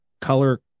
Color